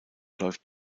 läuft